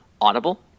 Audible